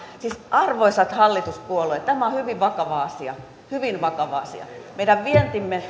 siis arvoisat hallituspuolueet tämä on hyvin vakava asia hyvin vakava asia meidän vientimme